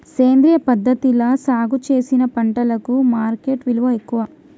సేంద్రియ పద్ధతిలా సాగు చేసిన పంటలకు మార్కెట్ విలువ ఎక్కువ